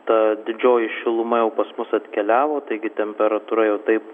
ta didžioji šiluma jau pas mus atkeliavo taigi temperatūra jau taip